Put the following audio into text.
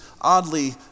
oddly